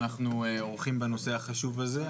עורכים בנושא החשוב הזה.